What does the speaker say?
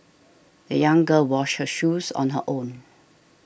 the young girl washed her shoes on her own